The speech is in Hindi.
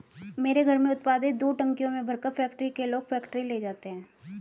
मेरे घर में उत्पादित दूध टंकियों में भरकर फैक्ट्री के लोग फैक्ट्री ले जाते हैं